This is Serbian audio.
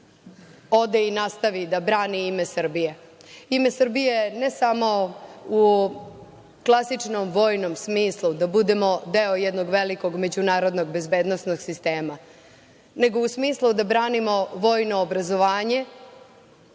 ode i nastavi da brani ime Srbije. Ime Srbije ne samo u klasičnom vojnom smislu, da budemo deo jednog velikog međunarodnog bezbednosnog sistema, nego u smislu da branimo vojno obrazovanje